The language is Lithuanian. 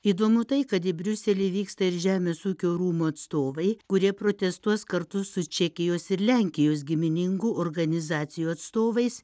įdomu tai kad į briuselį vyksta ir žemės ūkio rūmų atstovai kurie protestuos kartu su čekijos ir lenkijos giminingų organizacijų atstovais